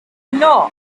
know